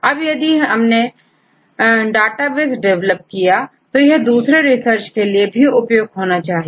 अतः यदि आपने डाटाबेस डिवेलप किया है तो यह दूसरे रिसर्च के लिए भी उपयोगी होना चाहिए